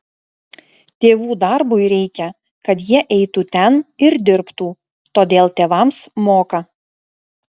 tėvų darbui reikia kad jie eitų ten ir dirbtų todėl tėvams moka